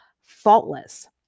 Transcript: faultless